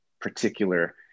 particular